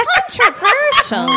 Controversial